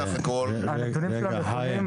הנתונים שלנו נכונים,